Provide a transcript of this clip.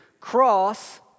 Cross